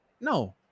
No